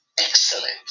excellent